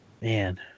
Man